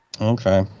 okay